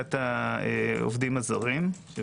אוכלוסיית העובדים הזרים.